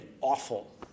Awful